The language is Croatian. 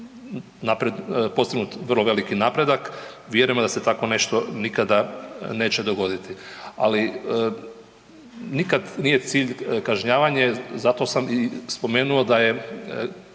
postignut vrlo veliki napredak, vjerujemo da se takvo nešto nikada neće dogoditi. Ali nikad nije cilj kažnjavanje, zato sam i spomenuo da je